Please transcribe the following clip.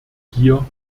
hier